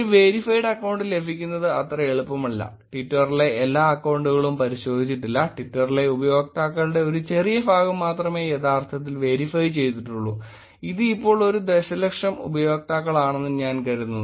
ഒരു verified account ലഭിക്കുന്നത് അത്ര എളുപ്പമല്ല ട്വിറ്ററിലെ എല്ലാ അക്കൌണ്ടുകളും പരിശോധിച്ചിട്ടില്ല ട്വിറ്ററിലെ ഉപയോക്താക്കളുടെ ഒരു ചെറിയ ഭാഗം മാത്രമേ യഥാർത്ഥത്തിൽ വെരിഫൈ ചെയ്തിട്ടുള്ളൂ ഇത് ഇപ്പോൾ ഒരു ദശലക്ഷം ഉപയോക്താക്കളാണെന്ന് ഞാൻ കരുതുന്നു